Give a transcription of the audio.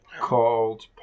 called